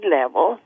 level